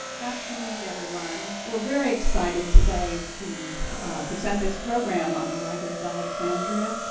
afternoon everyone. we're very excited today to present this program on the library of alexandria.